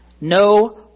No